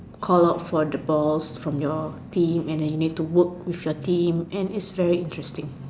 call out for the ball from your team and then you need to work with your team and is very interesting